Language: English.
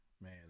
man